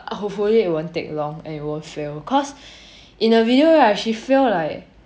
err hopefully it won't take long and it won't fail cause in the video right she fail like